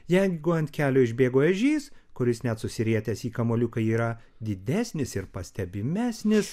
jeigu ant kelio išbėgo ežys kuris net susirietęs į kamuoliuką yra didesnis ir pastebimesnis